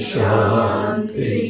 Shanti